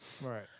Right